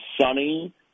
sunny